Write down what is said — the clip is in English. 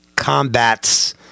combats